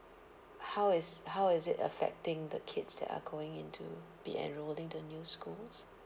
how is how is it affecting the kids that are going into be enroling to new schools